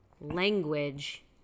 language